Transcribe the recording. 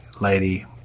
lady